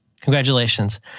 Congratulations